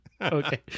Okay